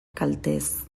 kalteez